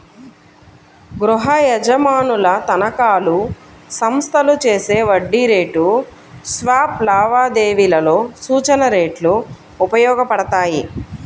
గృహయజమానుల తనఖాలు, సంస్థలు చేసే వడ్డీ రేటు స్వాప్ లావాదేవీలలో సూచన రేట్లు ఉపయోగపడతాయి